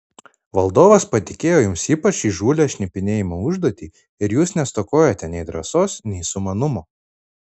valdovas patikėjo jums ypač įžūlią šnipinėjimo užduotį ir jūs nestokojote nei drąsos nei sumanumo